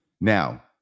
Now